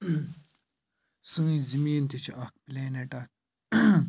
سٲنۍ زٔمین تہِ چھِ اَکھ پٕلینیٚٹ اَکھ